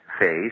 phase